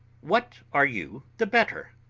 what are you the better?